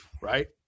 right